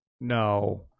No